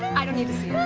i don't need to see